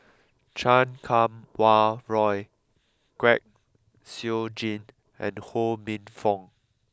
Chan Kum Wah Roy Kwek Siew Jin and Ho Minfong